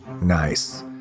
Nice